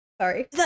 sorry